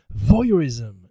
voyeurism